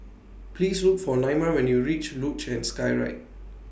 Please Look For Naima when YOU REACH Luge and Skyride